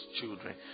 children